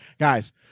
Guys